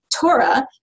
Torah